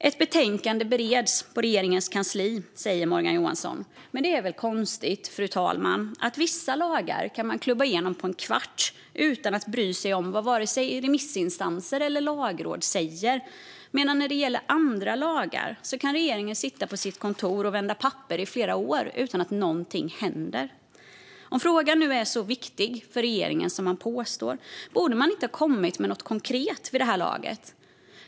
Ett betänkande bereds på regeringens kansli, säger Morgan Johansson. Men det är väl konstigt, fru talman: Vissa lagar kan man klubba igenom på en kvart utan att bry sig om vad vare sig remissinstanser eller lagråd säger, men när det gäller andra lagar kan regeringen sitta på sitt kontor och vända papper i flera år utan att någonting händer. Om nu frågan är så viktig för regeringen som man påstår, borde man inte ha kommit med något konkret vid det här laget?